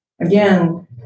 Again